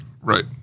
Right